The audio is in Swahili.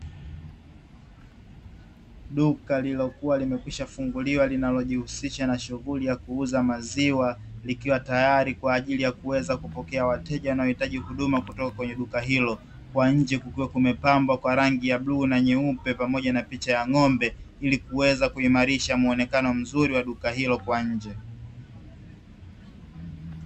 Duka lililokuwa limekwisha kufunguliwa linalojihusisha na shughuli ya kuuza maziwa, likiwa tayari kwa ajili ya kuweza kupokea wateja wanaohitaji huduma kutoka kwenye duka hilo. Kwa nje kukiwa kumepambwa rangi ya bluu na nyeupe pamoja na picha ya ng'ombe, ilikuweza kuimarisha muonekano mzuri wa duka hilo kwa nje.